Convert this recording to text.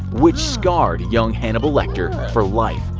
which scarred young hannibal lecter for life.